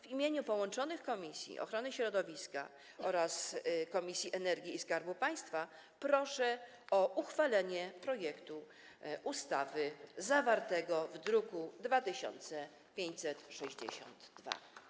W imieniu połączonych komisji ochrony środowiska oraz komisji energii i Skarbu Państwa proszę o uchwalenie projektu ustawy zawartego w druku nr 2562.